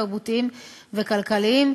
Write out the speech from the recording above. תרבותיים וכלכליים,